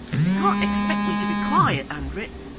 you can't expect me to be quiet under it